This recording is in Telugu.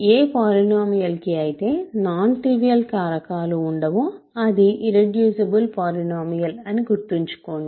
ఏ పోలీనోమియల్ కి అయితే నాన్ ట్రివియల్ కారకాలు ఉండవో అది ఇర్రెడ్యూసిబుల్ పోలీనోమియల్ అని గుర్తుంచుకోండి